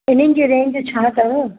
हिननि जी रेंज छा अथव